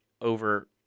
over